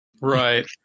Right